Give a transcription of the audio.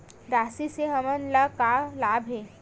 राशि से हमन ला का लाभ हे?